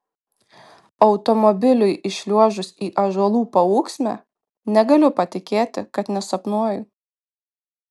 automobiliui įšliuožus į ąžuolų paūksmę negaliu patikėti kad nesapnuoju